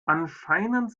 anscheinend